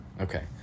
okay